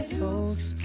folks